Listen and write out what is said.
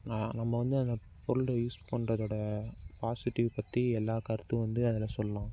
நம்ம வந்து அந்த பொருளை யூஸ் பண்ணுறதோட பாசிட்டிவ் பற்றி எல்லா கருத்தும் வந்து அதில் சொல்லலாம்